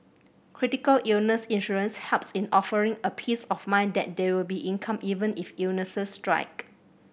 critical illness insurance helps in offering a peace of mind that there will be income even if illnesses strike